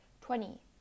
twenty